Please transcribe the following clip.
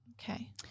Okay